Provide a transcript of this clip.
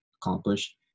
accomplish